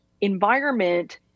environment